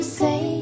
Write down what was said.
say